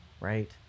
right